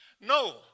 No